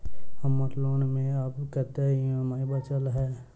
हम्मर लोन मे आब कैत ई.एम.आई बचल ह?